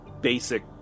basic